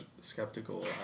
skeptical